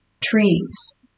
Trees